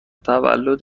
تولد